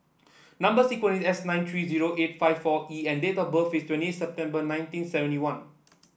number sequence is S seven nine three zero eight five four E and date of birth is twenty eight September nineteen seventy one